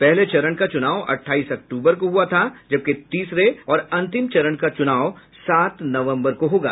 पहले चरण का चुनाव अठाईस अक्टूबर को हुआ था जबकि तीसरे और अंतिम चरण का चुनाव सात नवम्बर को होगा